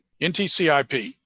NTCIP